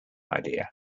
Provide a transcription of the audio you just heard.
idea